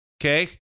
Okay